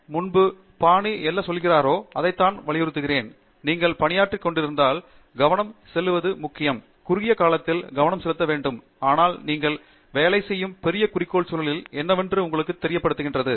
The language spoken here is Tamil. தங்கிராலா நான் முன்பு பேசியதை பானி என்ன சொல்கிறாரோ அதைத்தான் வலியுறுத்துகிறேன் நீங்கள் பணியாற்றிக் கொண்டிருந்தால் கவனம் செலுத்துவது முக்கியம் குறுகிய காலத்திலேயே கவனம் செலுத்த வேண்டும் ஆனால் நீங்கள் வேலை செய்யும் பெரிய படம் அது எப்போதும் பெரிய படத்தின் சூழலில் என்னவென்று உங்களுக்குத் தெரியப்படுத்துகிறது